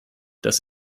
das